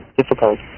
difficult